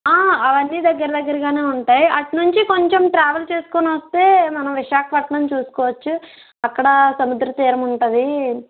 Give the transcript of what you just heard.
అవన్నీ దగ్గర దగ్గర గానే ఉంటాయి అటు నుంచి కొంచెం ట్రావెల్ చేస్కుని వస్తే మనం విశాఖపట్నం చూసుకోవచ్చు అక్కడ సముద్ర తీరం ఉంటుంది